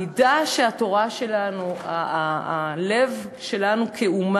המידה של התורה שלנו, הלב שלנו כאומה,